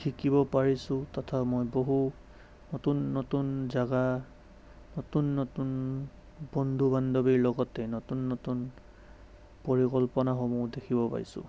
শিকিব পাৰিছোঁ তথা মই বহু নতুন নতুন জাগা নতুন নতুন বন্ধু বান্ধৱীৰ লগতে নতুন নতুন পৰিকল্পনাসমূহ দেখিব পাইছোঁ